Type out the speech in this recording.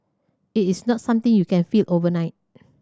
it is not something you can feel overnight